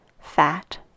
fat